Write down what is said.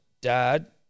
Dad